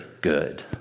good